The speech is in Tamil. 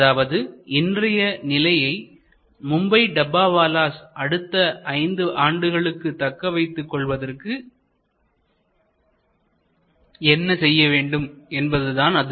அதாவது இன்றைய நிலையை மும்பை டப்பாவாலாஸ் அடுத்த 5 ஆண்டுகளுக்கு தக்க வைத்துக் கொள்வதற்கு என்ன செய்ய வேண்டும் என்பதுதான் அது